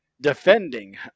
defending